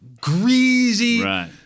greasy